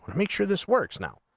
make sure this work snap